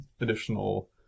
additional